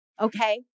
Okay